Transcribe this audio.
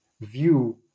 view